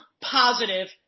positive